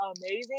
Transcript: amazing